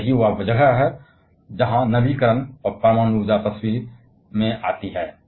और यही वह जगह है जहां नवीकरण और परमाणु ऊर्जा तस्वीर में आती है